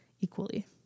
equally